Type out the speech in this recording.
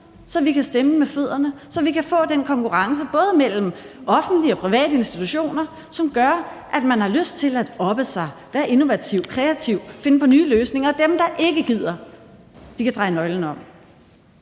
så de kan stemme med fødderne. Så kan vi få den konkurrence både mellem offentlige og private institutioner, som gør, at man har lyst til at oppe sig, være innovativ, kreativ og finde på nye løsninger. Og dem, der ikke gider, kan dreje nøglen om.